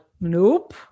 nope